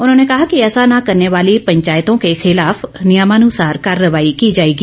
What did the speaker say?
उन्होंने कहा कि ऐसा न करने वाली पंचायतों के खिलाफ नियमानुसार कार्रवाई की जाएगी